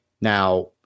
now